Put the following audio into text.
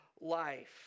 life